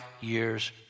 years